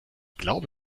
glaube